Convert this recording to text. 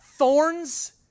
thorns